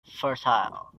fertile